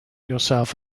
yourself